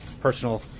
personal